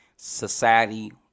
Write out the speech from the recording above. society